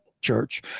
church